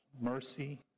mercy